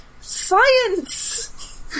science